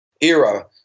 era